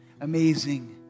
amazing